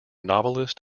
novelist